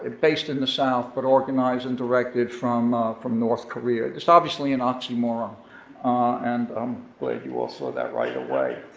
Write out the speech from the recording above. based in the south but organized and directed from from north korea. it's obviously an oxymoron and i'm glad you all saw that right away.